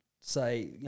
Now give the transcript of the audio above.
say